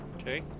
Okay